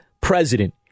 president